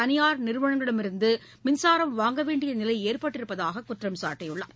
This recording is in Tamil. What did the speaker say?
தனியார் நிறுவனங்களிடமிருந்துமின்சாரம் வாங்கவேண்டியநிலைஏற்பட்டிருப்பதாககுற்றம் சாட்டியுள்ளார்